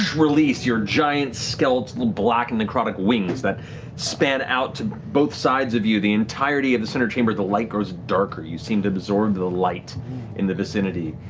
release your giant skeletal black and necrotic wings that span out to both sides of you, the entirety of the center chamber, the light grows darker, you seem to absorb the the light in the vicinity.